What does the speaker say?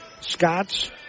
Scots